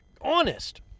honest